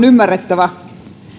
ymmärrettävä